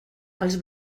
els